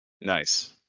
Nice